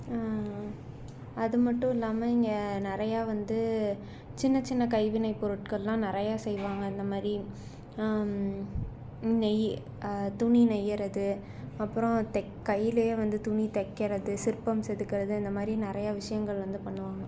அது மட்டும் இல்லாமல் இங்கே நிறையா வந்து சின்ன சின்ன கைவினை பொருட்கள்லாம் நிறையா செய்வாங்க இந்த மாதிரி நெய்யு துணி நெய்கிறது அப்புறம் த கையிலயே வந்து துணி தைக்கிறது சிற்பம் செதுக்கிறது இந்தமாதிரி நிறையா விஷயங்கள் வந்து பண்ணுவாங்க